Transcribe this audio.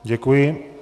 Děkuji.